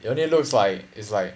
they only looks like is like